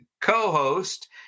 co-host